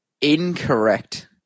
incorrect